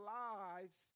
lives